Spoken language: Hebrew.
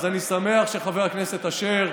אז אני שמח שחבר הכנסת אשר,